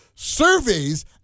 Surveys